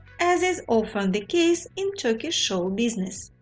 as is often the case in turkish show business.